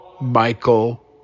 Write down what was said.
Michael